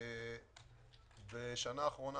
בשנה האחרונה,